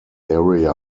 area